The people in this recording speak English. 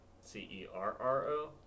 C-E-R-R-O